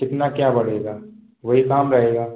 कितना क्या बढ़ेगा वही काम रहेगा